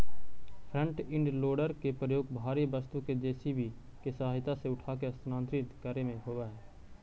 front end loader के प्रयोग भारी वस्तु के जे.सी.बी के सहायता से उठाके स्थानांतरित करे में होवऽ हई